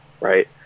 right